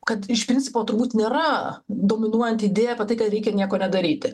kad iš principo turbūt nėra dominuojanti idėja apie tai kad reikia nieko nedaryti